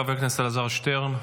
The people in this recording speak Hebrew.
חבר הכנסת אלעזר שטרן,